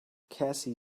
cassie